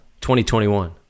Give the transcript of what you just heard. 2021